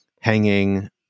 hanging